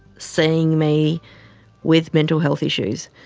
seeing me with mental health issues,